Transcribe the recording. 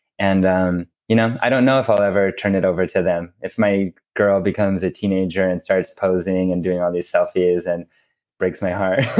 and you know, i don't know if i'll ever turn it over to them, if my girl becomes a teenager and starts posing and doing all these selfies, and breaks my heart.